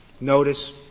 notice